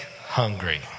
hungry